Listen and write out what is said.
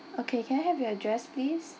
okay can I have your address please